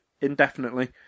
indefinitely